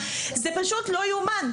זה פשוט לא יאומן,